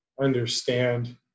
understand